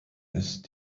ist